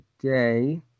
today